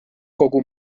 kogu